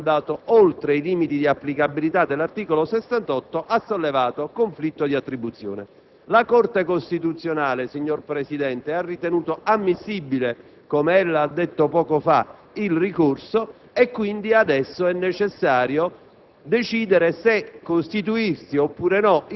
ritenendo che il Senato, in qualche modo, fosse andato oltre i limiti di applicabilità del suddetto articolo, ha sollevato il conflitto di attribuzione. La Corte costituzionale, signor Presidente, ha ritenuto ammissibile - come ella ha ricordato poco fa - il ricorso e, quindi, adesso è necessario